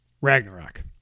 Ragnarok